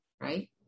right